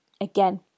again